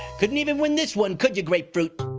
couldn't even win this one, could ya grapefruit?